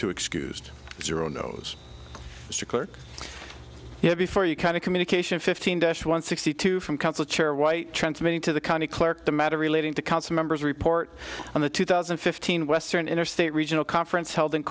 two excused zero knows you have before you kind of communication fifteen dash one sixty two from council chair white transmitting to the county clerk the matter relating to council members report on the two thousand and fifteen western interstate regional conference held in